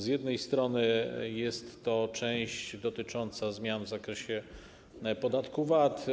Z jednej strony jest to część dotycząca zmian w zakresie podatku VAT.